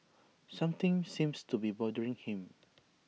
something seems to be bothering him